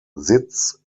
sitz